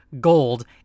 gold